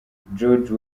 george